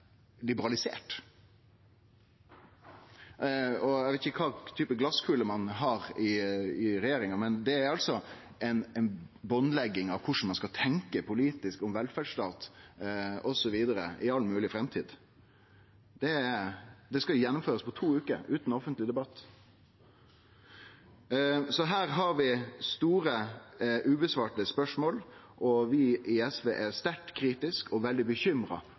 Eg veit ikkje kva type glaskule ein har i regjeringa, men det er altså ei bandlegging av korleis ein skal tenkje politisk om velferdsstat osv. i all mogleg framtid. Og det skal gjennomførast på to veker, utan offentleg debatt. Så her har vi store spørsmål utan svar, og vi i SV er sterkt kritiske til og veldig bekymra